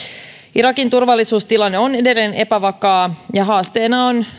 irakin turvallisuustilanne on edelleen epävakaa ja haasteena on